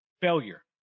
failure